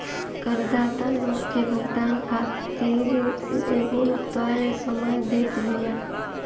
करदाता लोग के भुगतान करे खातिर एगो तय समय देत बिया